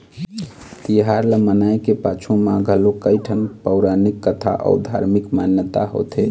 तिहार ल मनाए के पाछू म घलोक कइठन पउरानिक कथा अउ धारमिक मान्यता होथे